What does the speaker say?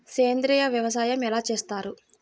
సేంద్రీయ వ్యవసాయం ఎలా చేస్తారు?